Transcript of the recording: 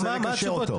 אני רוצה לקשר אותו.